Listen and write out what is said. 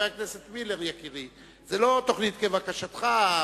זו לא תוכנית כבקשתך,